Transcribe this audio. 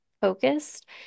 focused